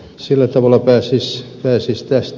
sillä tavalla pääsisi tästä